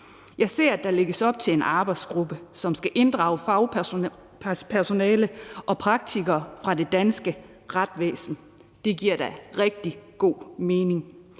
Jeg ser, at der lægges op til en arbejdsgruppe, som skal inddrage fagpersonale og praktikere fra det danske retsvæsen. Det giver da rigtig god mening.